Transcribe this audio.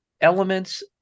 elements